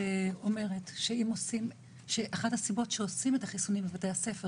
שאומרת שאחת הסיבות שעושים את החיסונים בבתי הספר